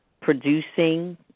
producing